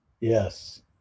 Yes